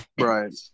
Right